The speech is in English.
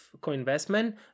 co-investment